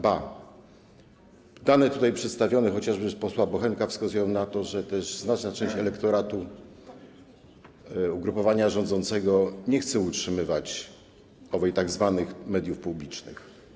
Ba, dane tutaj przedstawione, chociażby przez posła Bochenka, wskazują na to, że też znaczna część elektoratu ugrupowania rządzącego nie chce utrzymywać owych tzw. mediów publicznych.